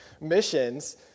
missions